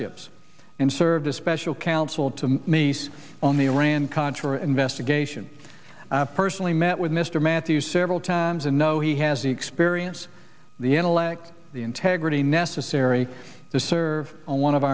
ships and served a special counsel to meis on the iran contra investigation personally met with mr matthews several times and know he has the experience the intellect the integrity necessary to serve on one of